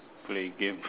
play game